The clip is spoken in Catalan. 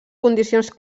condicions